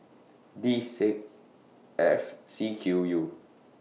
D six F C Q U